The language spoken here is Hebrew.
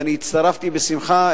ואני הצטרפתי בשמחה,